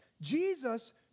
Jesus